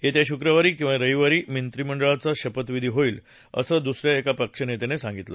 येत्या शुक्रवारी किंवा रविवारी मंत्रिमंडळाचा शपथविधी होईल असं दुस या एका पक्षनेत्यानं सांगितलं